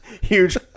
huge